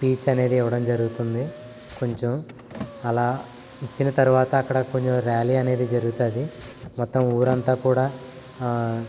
speech అనేది ఇవ్వడం జరుగుతుంది కొంచెం అలా ఇచ్చిన తర్వాత అక్కడ కొంచెం ర్యాలీ అనేది జరుగుతుంది మొత్తం ఊరంతా కూడా